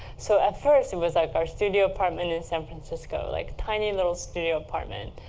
so, at first, it was like are studio apartment in san francisco like, tiny little studio apartment.